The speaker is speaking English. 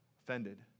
offended